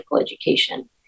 education